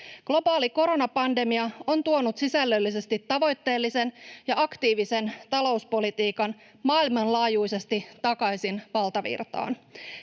Globaali koronapandemia on tuonut sisällöllisesti tavoitteellisen ja aktiivisen talouspolitiikan maailmanlaajuisesti takaisin valtavirtaan.